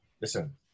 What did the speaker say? listen